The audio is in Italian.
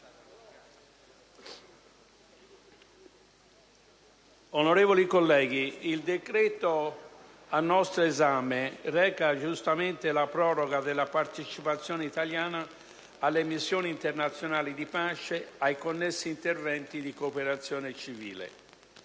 onorevoli colleghi, il decreto al nostro esame reca, giustamente, la proroga della partecipazione italiana alle missioni internazionali di pace e ai connessi interventi di cooperazione civile.